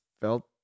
felt